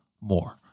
more